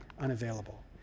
unavailable